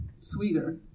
sweeter